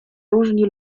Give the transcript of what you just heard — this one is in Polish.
różni